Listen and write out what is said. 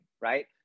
right